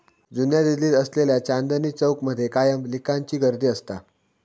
जुन्या दिल्लीत असलेल्या चांदनी चौक मध्ये कायम लिकांची गर्दी असता